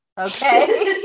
Okay